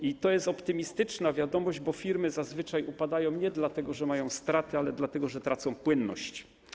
I to jest optymistyczna wiadomość, bo firmy zazwyczaj upadają nie dlatego, że mają straty, ale dlatego, że tracą płynność.